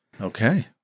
Okay